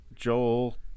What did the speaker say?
Joel